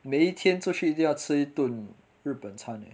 每一天出去一定要吃一顿日本餐 leh